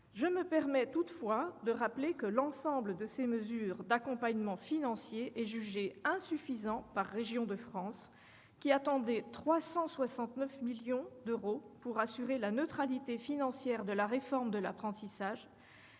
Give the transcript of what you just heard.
Je me permets toutefois de rappeler que l'ensemble de ces mesures d'accompagnement financier est jugé insuffisant par Régions de France, qui attendait 369 millions d'euros pour assurer la neutralité financière de la réforme de l'apprentissage